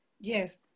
Yes